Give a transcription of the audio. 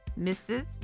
mrs